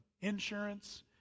insurance